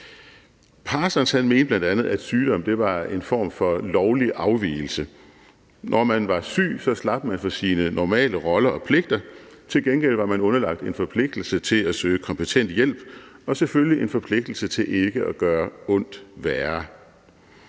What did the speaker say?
Parsons mente bl.a., at sygdom var en form for lovlig afvigelse. Når man var syg, slap man for sine normale roller og pligter, og til gengæld var man underlagt en forpligtelse til at søge kompetent hjælp og selvfølgelig en forpligtelse til ikke at gøre ondt værre.